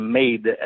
made